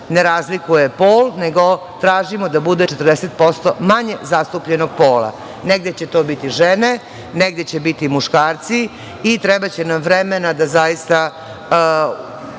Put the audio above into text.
ne razlikuje pol, nego tražimo da bude 40% manje zastupljenog pola. Negde će to biti žene, negde će biti muškarci i trebaće nam vremena da zaista